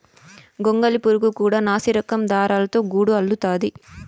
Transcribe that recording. గొంగళి పురుగు కూడా నాసిరకం దారాలతో గూడు అల్లుతాది